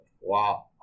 Wow